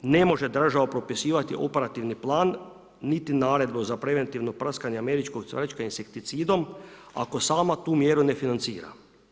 Ne može država propisivati operativni plan, niti naredbu za preventivno prskanje američkog cvrčka insekticidom, ako sama tu mjeru ne financira.